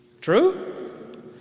True